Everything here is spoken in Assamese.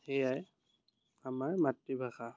সেয়াই আমাৰ মাতৃভাষা